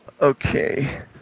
Okay